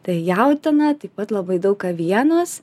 tai jautiena taip pat labai daug avienos